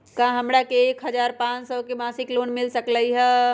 का हमरा के एक हजार पाँच सौ के मासिक लोन मिल सकलई ह?